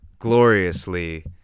gloriously